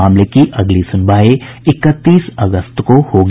मामले की अगली सुनवाई इकतीस अगस्त को होगी